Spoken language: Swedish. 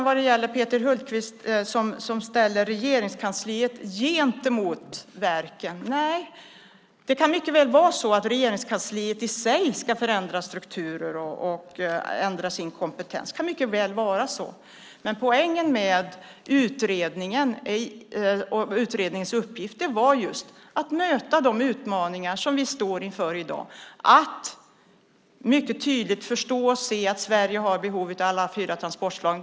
Vad gäller Peter Hultqvists fråga om Regeringskansliet i förhållande till verken vill jag säga att det mycket väl kan vara så att Regeringskansliet ska ändra strukturer och kompetens, men poängen med utredningen, utredningens uppgift, var att möta de utmaningar vi står inför, att mycket tydligt se och förstå att Sverige har behov av alla fyra transportslagen.